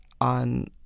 on